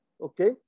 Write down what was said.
Okay